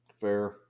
Fair